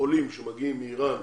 עולים שמגיעים מאיראן,